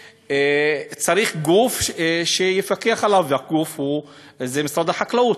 צריך גוף שיפקח עליו, והגוף הוא משרד החקלאות.